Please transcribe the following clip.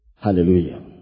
Hallelujah